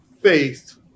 faith